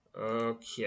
Okay